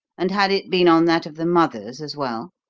and had it been on that of the mother's as well?